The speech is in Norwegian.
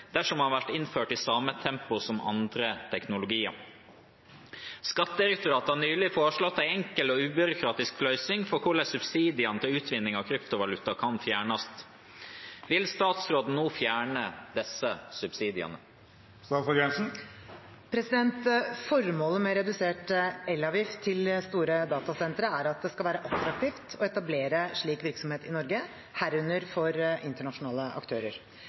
dersom han vert innført i same tempo som andre teknologiar. Skattedirektoratet har nyleg foreslått ei enkel og ubyråkratisk løysing for korleis subsidiane til utvinning av kryptovaluta kan fjernast. Vil statsråden no fjerne desse subsidiane?» Formålet med redusert elavgift til store datasentre er at det skal være attraktivt å etablere slik virksomhet i Norge, herunder for internasjonale